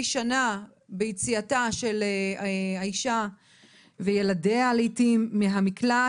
שנה נוספת ביציאתה של האישה וילדיה מהמקלט.